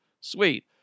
sweet